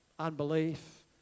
unbelief